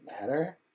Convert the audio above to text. matter